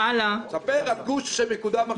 תספר על גוש שמקודם עכשיו.